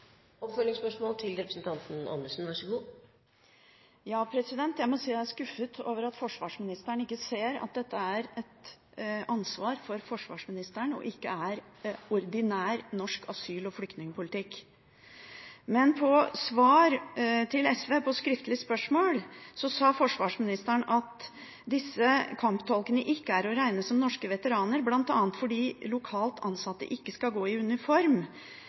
Jeg må si jeg er skuffet over at forsvarsministeren ikke ser at dette er et ansvar for forsvarsministeren, og ikke er ordinær norsk asyl- og flyktningpolitikk. I svar til SV på skriftlig spørsmål om saken sa forsvarsministeren at disse kamptolkene ikke er å regne som norske veteraner, bl.a. fordi lokalt ansatte ikke skal gå i uniform,